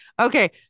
Okay